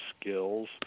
skills